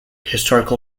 historical